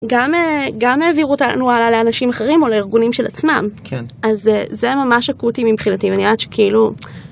גם גם העבירו אותנו הלאה לאנשים אחרים או לארגונים של עצמם כן אז זה ממש אקוטי מבחינתי ואני יודעת שכאילו.